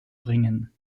bringen